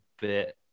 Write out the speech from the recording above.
bit